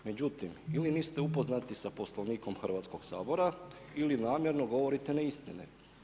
Međutim ili niste upoznati sa Poslovnikom Hrvatskog sabora ili namjerno govorite neistine.